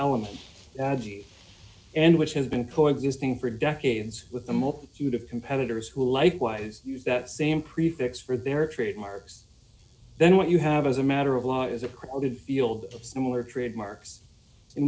adji and which has been coexisting for decades with a multitude of competitors who likewise use that same prefix for their trademarks then what you have as a matter of law is a crowded field of similar trademarks in